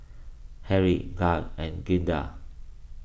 Harry Guy and Glynda